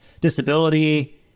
disability